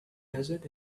desert